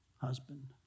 husband